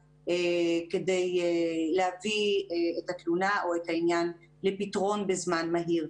כדי להביא את התלונה או את העניין לפתרון בזמן מהיר.